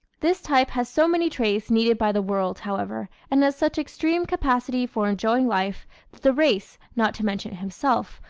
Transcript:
this type has so many traits needed by the world, however, and has such extreme capacity for enjoying life that the race, not to mention himself,